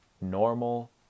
normal